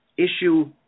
issue